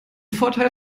vorteil